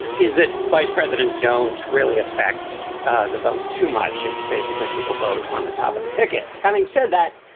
is that vice presidents don't really affect the vote too much. it's basically people vote on the top of the ticket. having said that,